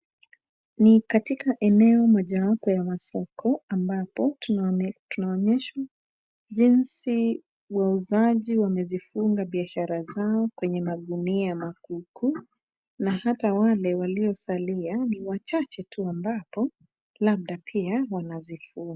Ni katika eneo mojawapo ya masoko ambapo tunaonyeshwa jinsi wauzaji wamezifunga biashara zao kwenye magunia ya makuku na hata wale waliosalia ni wachache tu ambapo labda pia wanazifunga.